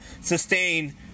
sustain